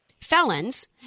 felons